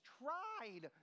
tried